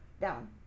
Down